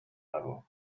level